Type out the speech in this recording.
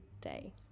day